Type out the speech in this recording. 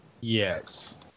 Yes